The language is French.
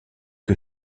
que